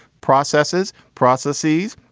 processes. processes.